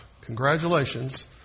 Congratulations